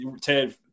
Ted